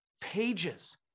Pages